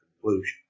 conclusion